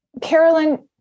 Carolyn